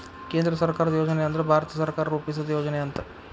ಕೇಂದ್ರ ಸರ್ಕಾರದ್ ಯೋಜನೆ ಅಂದ್ರ ಭಾರತ ಸರ್ಕಾರ ರೂಪಿಸಿದ್ ಯೋಜನೆ ಅಂತ